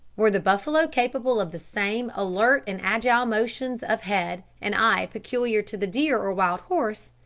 were the buffalo capable of the same alert and agile motions of head and eye peculiar to the deer or wild horse,